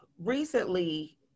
Recently